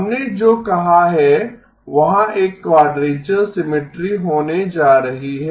हमने जो कहा है वहाँ एक क्वाडरेचर सिमिट्री होने जा रही है